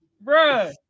bro